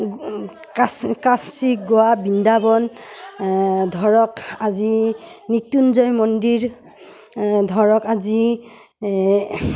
কাচ কাশী গোৱা বৃন্দাবন ধৰক আজি মৃত্যুঞ্জয় মন্দিৰ ধৰক আজি